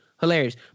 Hilarious